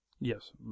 yes